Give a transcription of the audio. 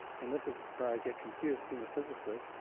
and this is where i get confused, being a physicist.